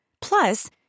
Plus